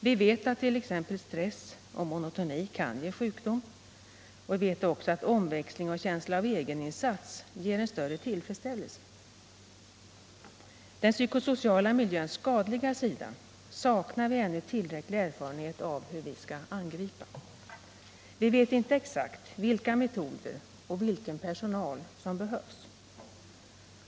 Vi vet att t.ex. stress och monotoni kan ge sjukdom; vi vet också att omväxling och känsla av egeninsats ger en större tillfredsställelse. Den psykosociala miljöns skadliga sida saknar vi ännu tillräcklig erfarenhet av hur vi skall angripa. Vi vet inte exakt vilka metoder och vilken personal som behövs.